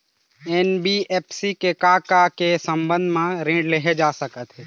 NBFC से का का के संबंध म ऋण लेहे जा सकत हे?